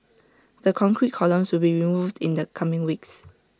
the concrete columns will be removed in the coming weeks